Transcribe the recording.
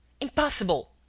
Impossible